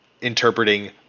interpreting